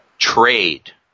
Trade